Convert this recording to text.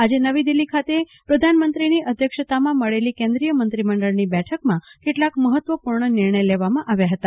આજે નવી દિલ્હી ખાતે પ્રધાનમંત્રીની અધ્યક્ષતામાં મળેલી કેન્દ્રિય મંત્રીમંડળની બેઠકમાં કેટલાક મહત્વપૂર્ણ નિર્ણય લેવામાં આવ્યા હતા